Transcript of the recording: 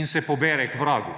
in se pobere k vragu.